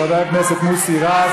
של חבר הכנסת מוסי רז.